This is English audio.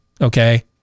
okay